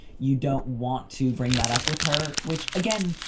you don't want to bring that up with her, which, again,